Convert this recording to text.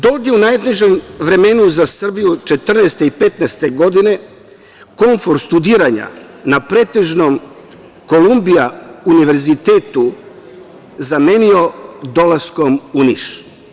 Dold je u najtežem vremenu za Srbiju 1914. i 1915. godine komfor studiranja na prestižnom Kolumbija univerzitetu zamenio dolaskom u Niš.